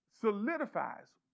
solidifies